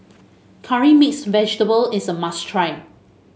Curry Mixed Vegetable is a must try